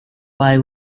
why